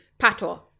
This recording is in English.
Pato